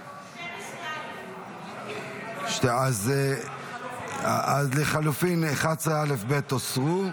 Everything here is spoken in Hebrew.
12א. אז לחלופין 11 א', ב', הוסרו.